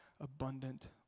abundant